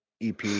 EP